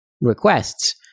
requests